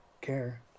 care